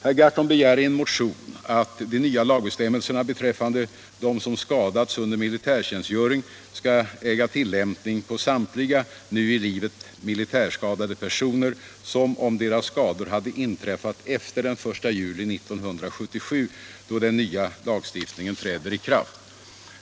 Herr Gahrton begär i en motion att de nya lagbestämmelserna beträffande dem som skadas under militärtjänstgöring skall äga tillämpning på samtliga nu i livet varande militärskadade personer som om deras skador hade inträffat efter den 1 juli 1977, då den nya lagstiftningen träder i kraft.